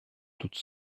toutes